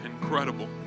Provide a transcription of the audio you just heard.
incredible